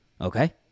Okay